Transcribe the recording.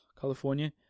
California